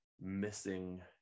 missing